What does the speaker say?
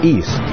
East